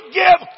give